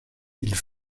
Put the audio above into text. îles